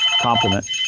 compliment